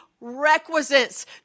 requisites